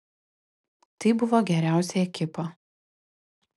tai buvo geriausia ekipa